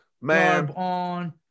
Man